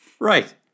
Right